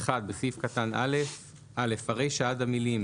(1) בסעיף קטן (א) (א) הרישה עד המילים